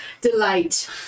delight